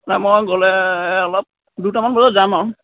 নাই মই গ'লে অলপ দুটামান বজাত যাম আৰু